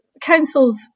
councils